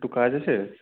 একটু কাজ আছে